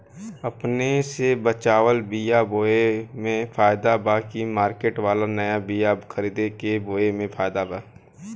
अपने से बचवाल बीया बोये मे फायदा बा की मार्केट वाला नया बीया खरीद के बोये मे फायदा बा?